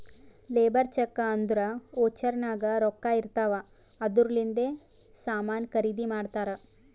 labour check ಅಂದುರ್ voucher ನಾಗ್ ರೊಕ್ಕಾ ಇರ್ತಾವ್ ಅದೂರ್ಲಿಂದೆ ಸಾಮಾನ್ ಖರ್ದಿ ಮಾಡ್ತಾರ್